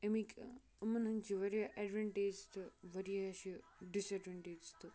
امِکۍ یِمَن ہٕنٛدۍ چھِ واریاہ اٮ۪ڈوٮ۪نٹیجِز تہٕ واریاہ چھِ ڈِس اٮ۪ڈوٮ۪نٹیجِز تہٕ